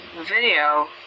video